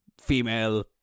female